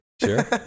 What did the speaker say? Sure